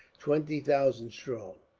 twenty thousand strong.